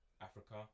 africa